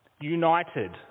united